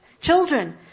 children